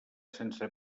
sense